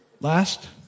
Last